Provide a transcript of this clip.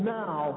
now